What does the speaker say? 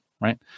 Right